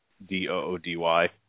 D-O-O-D-Y